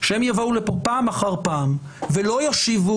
שהם יבואו לכאן פעם אחר פעם ולא ישיבו